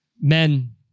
men